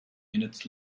minutes